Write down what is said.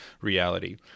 reality